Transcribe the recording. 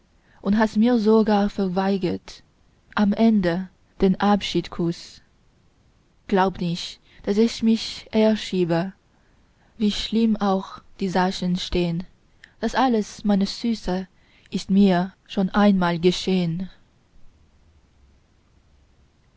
und hast mir sogar verweigert am ende den abschiedskuß glaub nicht daß ich mich erschieße wie schlimm auch die sachen stehn das alles meine süße ist mir schon einmal geschehn